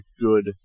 good